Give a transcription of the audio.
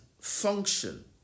function